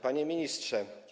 Panie Ministrze!